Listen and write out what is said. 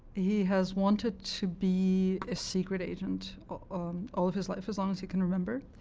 he has wanted to be a secret agent um all of his life, as long as he can remember,